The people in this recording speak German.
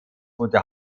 gute